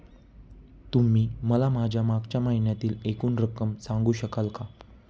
तुम्ही मला माझ्या मागच्या महिन्यातील एकूण रक्कम सांगू शकाल का?